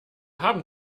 haben